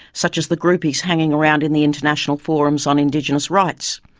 such as the groupies hanging around in the international forums on indigenous rights.